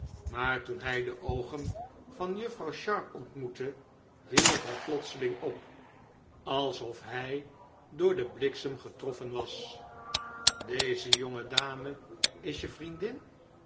maar toen hij de oogen van juffrouw sharp ontmoette hield hij plotseling op alsof hij door den bliksem getroffen was deze jonge dame is je vriendin